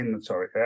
sorry